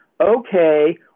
Okay